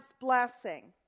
blessing